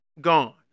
gone